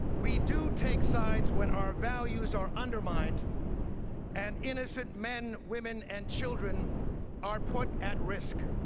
we do take sides when our values are undermined and innocent men, women, and children are put at risk.